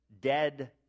dead